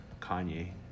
Kanye